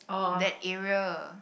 that area